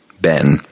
Ben